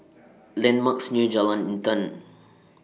landmarks near Jalan Intan